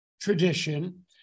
tradition